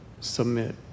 submit